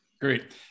Great